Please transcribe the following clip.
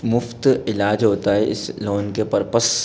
मुफ्त इलाज होता है इस लोन के परपस